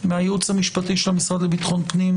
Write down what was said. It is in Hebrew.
מהייעוץ המשפטי של המשרד לביטחון פנים